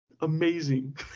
amazing